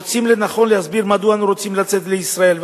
מוצאים לנכון להסביר מדוע אנו רוצים לצאת לישראל.